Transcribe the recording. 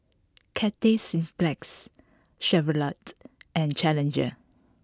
Cathay Cineplex Chevrolet and Challenger